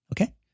okay